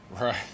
Right